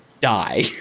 die